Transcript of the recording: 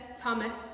Thomas